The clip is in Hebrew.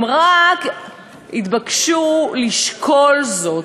הם רק יתבקשו לשקול זאת.